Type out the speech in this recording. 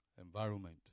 environment